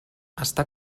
està